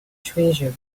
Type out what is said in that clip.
treasure